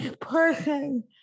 person